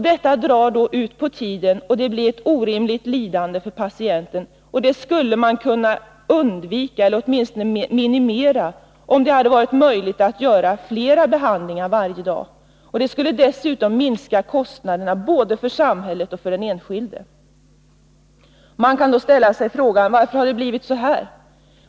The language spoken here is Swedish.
Detta drar ut på tiden och blir ett orimligt lidande för patienten, ett lidande som skulle kunna undvikas eller åtminstone minimeras, om det hade varit möjligt att göra flera behandlingar varje dag. Det skulle dessutom minska kostnaderna både för samhället och för den enskilde. Man kan då ställa sig frågan: Varför har det blivit så här?